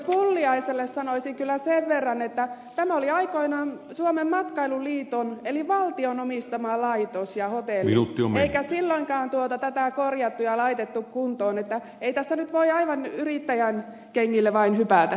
pulliaiselle sanoisin kyllä sen verran että tämä oli aikoinaan suomen matkailuliiton eli valtion omistama laitos ja hotelli eikä silloinkaan tätä korjattu ja laitettu kuntoon että ei tässä nyt voi aivan yrittäjän kengille vain hypätä